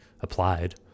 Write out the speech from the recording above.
applied